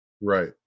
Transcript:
Right